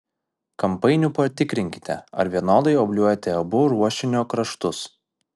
kampainiu patikrinkite ar vienodai obliuojate abu ruošinio kraštus